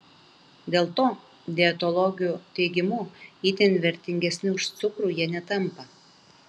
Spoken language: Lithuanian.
dėl to dietologių teigimu itin vertingesni už cukrų jie netampa